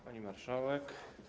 Pani Marszałek!